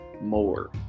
more